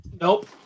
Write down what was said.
Nope